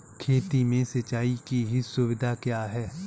खेती में सिंचाई की सुविधा क्या है?